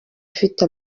ifite